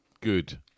Good